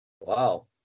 Wow